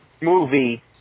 movie